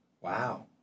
Wow